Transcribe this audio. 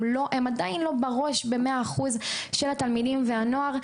הם עדיין לא בראש במאה אחוז של התלמידים והנוער.